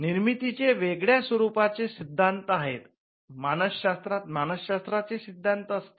निर्मितीचे वेगळ्या स्वरूपाचे सिद्धांत आहेत मानसशास्त्रात मानसशास्त्राचे सिद्धांत असतात